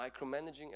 micromanaging